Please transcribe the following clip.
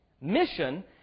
mission